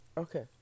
Okay